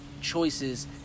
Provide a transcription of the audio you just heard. choices